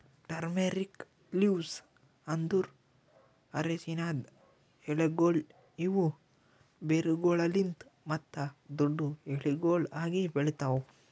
turmeric leaves ಅಂದುರ್ ಅರಶಿನದ್ ಎಲೆಗೊಳ್ ಇವು ಬೇರುಗೊಳಲಿಂತ್ ಮತ್ತ ದೊಡ್ಡು ಎಲಿಗೊಳ್ ಆಗಿ ಬೆಳಿತಾವ್